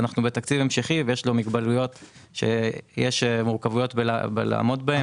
אנחנו עכשיו בתקציב המשכי שיש לו מגבלות ויש מורכבויות שקשה לעמוד בהן.